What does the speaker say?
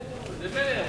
כן, ממילא,